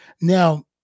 Now